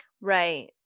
right